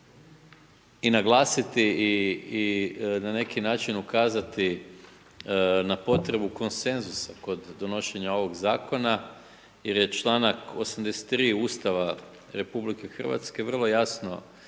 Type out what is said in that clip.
i naglasiti i na neki način ukazati na potrebu konsenzusa kod donošenja ovog Zakona, jer je članak 83. Ustava Republike Hrvatske vrlo jasno